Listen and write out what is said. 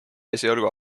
esialgu